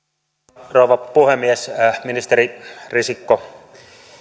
arvoisa rouva puhemies ministeri risikko